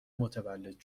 متولد